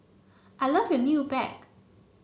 I love your new bag